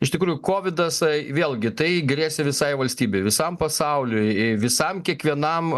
iš tikrųjų kovidas ai vėlgi tai grėsė visai valstybei visam pasauliui ei visam kiekvienam